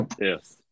Yes